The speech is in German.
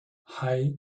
hei